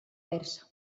persa